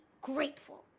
grateful